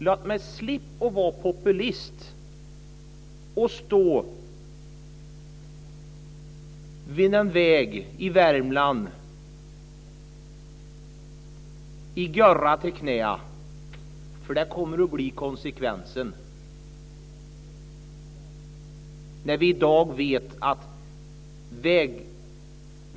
Låt mig slippa att uppträda som populist och stå vid en väg i Värmland med lera till knäna!